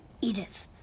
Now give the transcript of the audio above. Edith